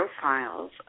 profiles